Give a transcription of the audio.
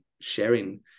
sharing